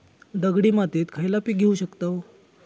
दगडी मातीत खयला पीक घेव शकताव?